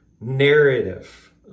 narrative